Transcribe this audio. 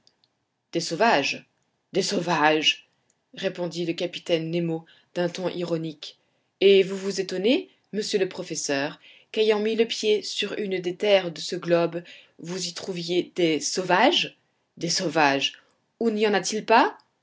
des sauvages des sauvages répondit le capitaine nemo d'un ton ironique et vous vous étonnez monsieur le professeur qu'ayant mis le pied sur une des terres de ce globe vous y trouviez des sauvages des sauvages où n'y en a-t-il pas